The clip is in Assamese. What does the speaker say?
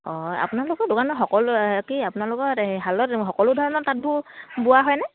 অঁ আপোনালোকৰ দোকানত সকলোৱে কি আপোনালোকৰ এই শালত সকলো ধৰণৰ তাঁতবোৰ বোৱা হয়নে